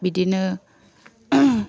बिदिनो